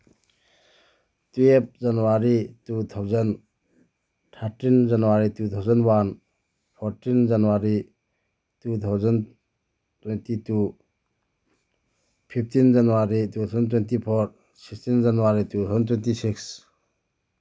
twelve January two thousand thirteen January two thousand one fourteen January two thousand twenty two fifteen January two thousand twenty four sixteen January two thousand twenty six